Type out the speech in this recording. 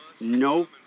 no